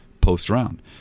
post-round